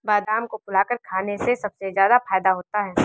बादाम को फुलाकर खाने से सबसे ज्यादा फ़ायदा होता है